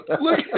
Look